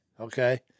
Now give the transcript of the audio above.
okay